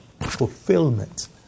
fulfillment